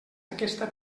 aquesta